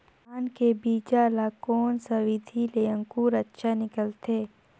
धान के बीजा ला कोन सा विधि ले अंकुर अच्छा निकलथे?